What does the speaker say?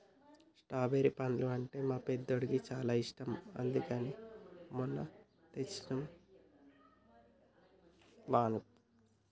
strawberry పండ్లు అంటే మా పెద్దోడికి చాలా ఇష్టం అందుకనే మొన్న తెచ్చినం వానికోసం